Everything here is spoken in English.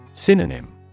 Synonym